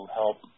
help